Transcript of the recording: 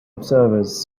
observers